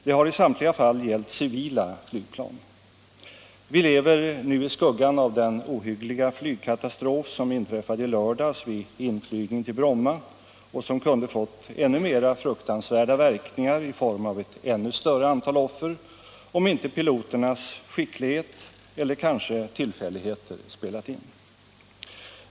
Det har i samtliga fall gällt civila flygplan. Vi lever nu i skuggan av den ohyggliga flygkatastrof som inträffade i lördags vid inflygning till Bromma och som kunde ha fått ännu mer fruktansvärda verkningar i form av ett ännu större antal offer om inte piloternas skicklighet eller kanske tillfälligheter spelat in.